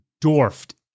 dwarfed